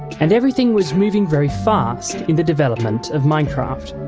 and everything was moving very fast in the development of minecraft